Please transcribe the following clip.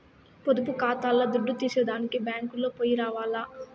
పొదుపు కాతాల్ల దుడ్డు తీసేదానికి బ్యేంకుకో పొయ్యి రావాల్ల